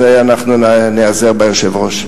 אז אנחנו ניעזר ביושב-ראש.